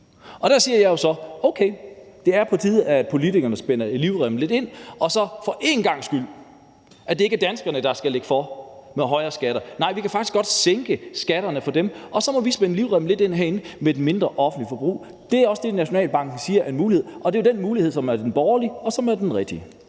Og der siger jeg jo så: Okay, det er på tide, at politikerne spænder livremmen lidt ind, så det for én gangs skyld ikke er danskerne, der skal lægge for med højere skatter. Nej, vi kan faktisk godt sænke skatterne for dem, og så må vi spænde livremmen lidt ind herinde med et mindre offentligt forbrug. Det er også det, Nationalbanken siger er en mulighed, og det er jo den mulighed, som er den borgerlige, og som er den rigtige.